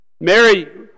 mary